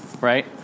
right